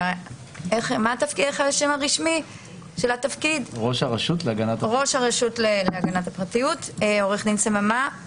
אותך, ראש הרשות להגנת הפרטיות, עו"ד סממה.